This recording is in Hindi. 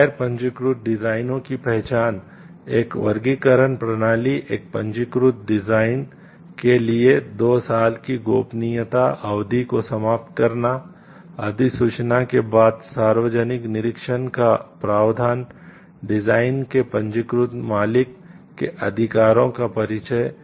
तो गैर पंजीकृत डिजाइनों की पहचान एक वर्गीकरण प्रणाली एक पंजीकृत डिजाइन के लिए दो साल की गोपनीयता अवधि को समाप्त करना अधिसूचना के बाद सार्वजनिक निरीक्षण का प्रावधान डिजाइन के पंजीकृत मालिक के अधिकारों का परिचय